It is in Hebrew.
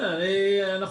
אנחנו